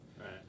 right